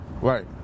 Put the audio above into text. Right